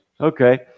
Okay